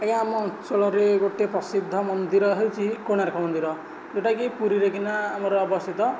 ଆଜ୍ଞା ଆମ ଅଞ୍ଚଳରେ ଗୋଟେ ପ୍ରସିଦ୍ଧ ମନ୍ଦିର ହେଉଛି କୋଣାର୍କ ମନ୍ଦିର ଯୋଉଟାକି ପୁରୀରେ କିନା ଆମର ଅବସ୍ଥିତ